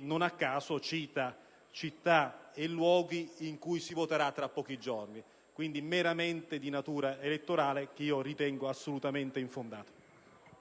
Non a caso cita città e luoghi in cui si voterà tra pochi giorni. Quindi, ripeto, è di natura meramente elettorale e assolutamente infondato.